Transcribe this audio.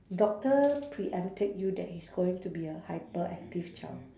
doctor pre-empted you that he's going to be a hyperactive child